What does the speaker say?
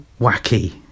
wacky